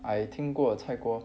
I 听过菜锅